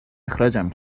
اخراجم